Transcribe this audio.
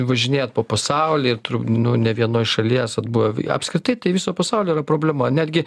važinėjat po pasaulį ir tur nu ne vienoj šaly esat buvę apskritai tai viso pasaulio yra problema netgi